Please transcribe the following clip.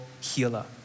healer